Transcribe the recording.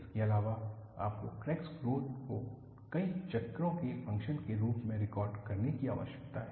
इसके अलावा आपको क्रैक्स ग्रोथ को कई चक्रों के फंक्शन के रूप में रिकॉर्ड करने की आवश्यकता है